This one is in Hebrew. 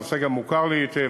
הנושא גם מוכר לי היטב,